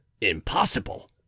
Impossible